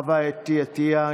חוה אתי עטייה,